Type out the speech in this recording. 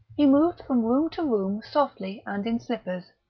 he moved from room to room softly and in slippers,